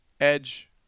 edge